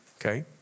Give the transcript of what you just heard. Okay